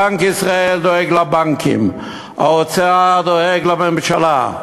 בנק ישראל דואג לבנקים, והאוצר דואג לממשלה.